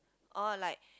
oh like